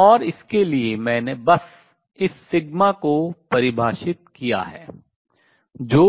और इसके लिए मैंने बस इस सिग्मा को परिभाषित किया है जो